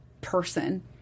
person